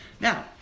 Now